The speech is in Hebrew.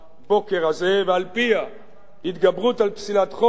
ועל-פיה התגברות על פסילת חוק תוכל להתקבל